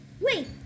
Wait